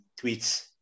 tweets